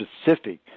specific